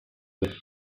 with